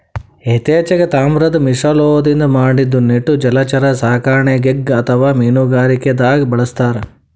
ಇತ್ತಿಚೀಗ್ ತಾಮ್ರದ್ ಮಿಶ್ರಲೋಹದಿಂದ್ ಮಾಡಿದ್ದ್ ನೆಟ್ ಜಲಚರ ಸಾಕಣೆಗ್ ಅಥವಾ ಮೀನುಗಾರಿಕೆದಾಗ್ ಬಳಸ್ತಾರ್